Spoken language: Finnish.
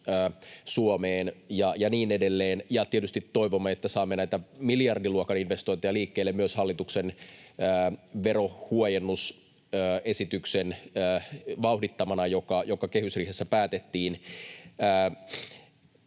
Suomeen ja niin edelleen. Ja tietysti toivomme, että saamme näitä miljardiluokan investointeja liikkeelle myös hallituksen verohuojennusesityksen vauhdittamana, joka kehysriihessä päätettiin.